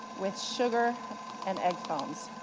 with sugar and egg foams.